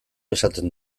esaten